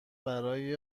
برای